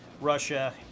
russia